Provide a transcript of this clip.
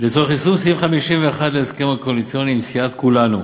לצורך יישום סעיף 51 להסכם הקואליציוני עם סיעת כולנו,